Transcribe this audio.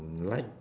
mm light